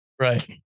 right